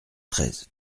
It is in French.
treize